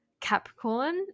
Capricorn